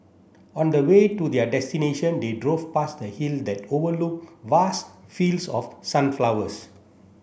on the way to their destination they drove past a hill that overlook vast fields of sunflowers